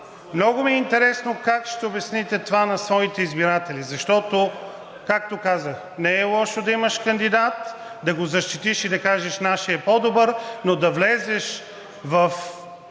Много ми е интересно как ще обясните това на своите избиратели, защото, както казах, не е лошо да имаш кандидат, да го защитиш и да кажеш: „Нашият е по-добър“, но да влезеш в